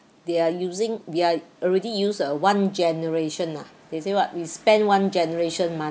they are using we are already use a one generation ah they say what we spend one generation